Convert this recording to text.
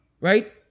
Right